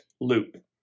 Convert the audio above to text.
loop